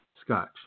scotch